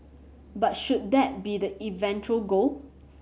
but should that be the eventual goal